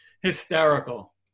Hysterical